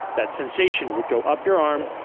that sensation would go up your arm,